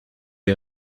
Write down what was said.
est